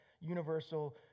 universal